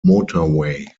motorway